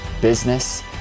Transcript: business